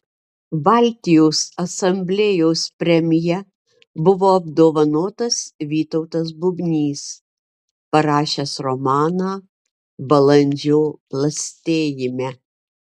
baltijos asamblėjos premija buvo apdovanotas vytautas bubnys parašęs romaną balandžio plastėjime